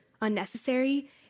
unnecessary